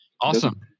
awesome